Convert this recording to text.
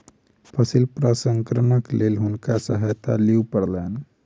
फसिल प्रसंस्करणक लेल हुनका सहायता लिअ पड़लैन